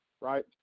right